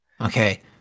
Okay